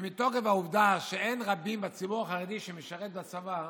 שמתוקף העובדה שאין רבים בציבור החרדי שמשרתים בצבא,